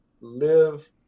live